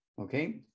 Okay